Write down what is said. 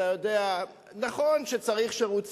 אתה יודע, נכון שצריך שירות ציבורי,